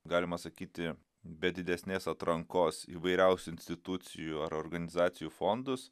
galima sakyti be didesnės atrankos įvairiausių institucijų ar organizacijų fondus